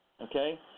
okay